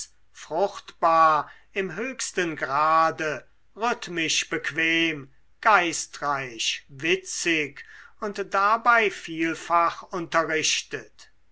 fruchtbar im höchsten grade rhythmisch bequem geistreich witzig und dabei vielfach unterrichtet